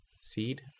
Seed